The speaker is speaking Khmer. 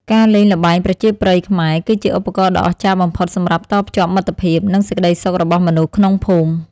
ការលេងល្បែងប្រជាប្រិយខ្មែរ គឺជាឧបករណ៍ដ៏អស្ចារ្យបំផុតសម្រាប់តភ្ជាប់មិត្តភាព និងសេចក្ដីសុខរបស់មនុស្សក្នុងភូមិ។